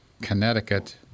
Connecticut